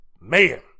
man